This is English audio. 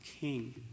king